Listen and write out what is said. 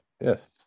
Yes